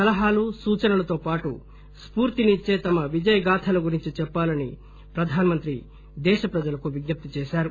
సలహాలు సూచనలతో పాటు స్ఫూర్తినిచ్చే తమ విజయగాథల గురించి చెప్పాలని ప్రధాని నరేంద్రమోదీ దేశ ప్రజలకు విజ్ఞప్తి చేశారు